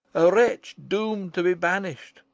a wretch doomed to be banished,